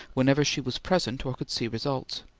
whenever she was present or could see results.